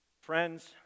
Friends